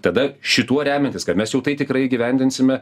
tada šituo remiantis kad mes jau tai tikrai įgyvendinsime